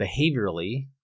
behaviorally